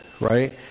Right